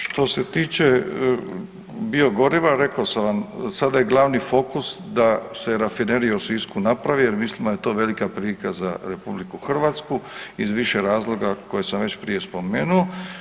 Što se tiče biogoriva, rekao sam vam, sada je glavni fokus da se rafinerija u Sisku napravi jer mislim da je to velika prilika za RH iz više razloga koje sam već prije spomenuo.